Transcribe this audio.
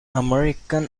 american